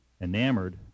enamored